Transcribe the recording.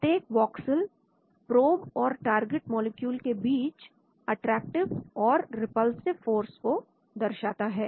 प्रत्येक voxel probe और target molecule के बीच अट्रैक्टिव और रिपल्सिव फोर्स को दर्शाता है